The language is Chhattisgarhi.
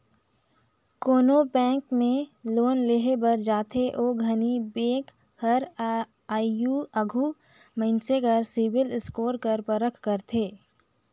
कोनो बेंक में जब लोन लेहे बर जाथे ओ घनी बेंक हर आघु मइनसे कर सिविल स्कोर कर परख करथे